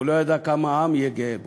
הוא לא ידע כמה העם יהיה גאה בו,